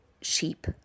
sheep